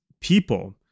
people